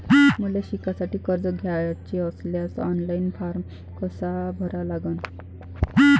मले शिकासाठी कर्ज घ्याचे असल्यास ऑनलाईन फारम कसा भरा लागन?